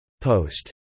Post